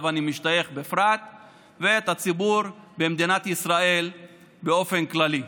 אני משתייך בפרט ואת הציבור במדינת ישראל באופן כללי.